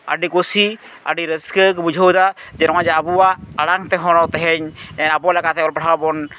ᱟᱹᱰᱤ ᱠᱩᱥᱤ ᱟᱹᱰᱤ ᱨᱟᱹᱥᱠᱟᱹ ᱠᱚ ᱵᱩᱡᱷᱟᱹᱣ ᱮᱫᱟ ᱡᱮ ᱱᱚᱜᱼᱚᱭ ᱡᱮ ᱟᱵᱚᱣᱟᱜ ᱟᱲᱟᱝ ᱛᱮᱦᱚᱸ ᱛᱮᱦᱤᱧ ᱟᱵᱚ ᱞᱮᱠᱟᱛᱮ ᱚᱞ ᱯᱟᱲᱦᱟᱣ ᱵᱚᱱ